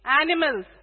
animals